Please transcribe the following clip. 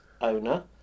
owner